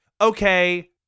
okay